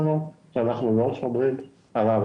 בתקופה שמיום תחילתן של תקנות אלה עד